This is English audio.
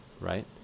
right